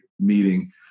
meeting